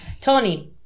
Tony